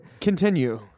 continue